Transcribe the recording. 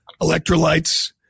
electrolytes